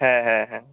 হ্যাঁ হ্যাঁ হ্যাঁ